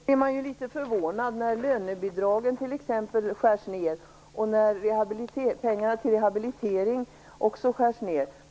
Herr talman! Man blir ju litet förvånad när t.ex. lönebidragen skärs ned liksom pengarna till rehabilitering.